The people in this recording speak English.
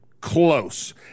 close